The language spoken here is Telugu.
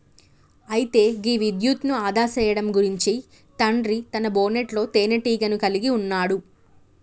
అయితే గీ విద్యుత్ను ఆదా సేయడం గురించి తండ్రి తన బోనెట్లో తీనేటీగను కలిగి ఉన్నాడు